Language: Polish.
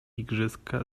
igrzyska